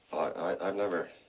i never